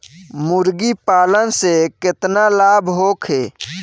मुर्गीपालन से केतना लाभ होखे?